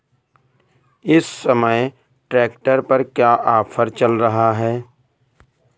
इस समय ट्रैक्टर पर क्या ऑफर चल रहा है?